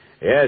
Yes